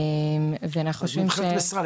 אז מבחינת משרד,